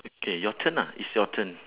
okay your turn ah it's your turn